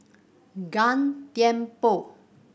Gan Thiam Poh